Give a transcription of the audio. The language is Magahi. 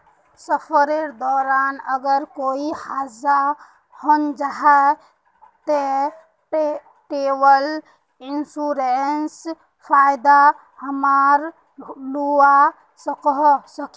सफरेर दौरान अगर कोए हादसा हन जाहा ते ट्रेवल इन्सुरेंसर फायदा हमरा लुआ सकोही